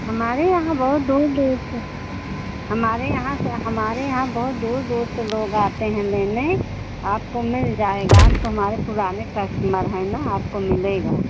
हमारे यहाँ बहुत दूर दूर से हमारे यहाँ से हमारे यहाँ बहुत दूर दूर से लोग आते हैं लेने आपको मिल जाएगा आप तो हमारे पुराने कस्टमर हैं ना आपको मिलेगा